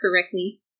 correctly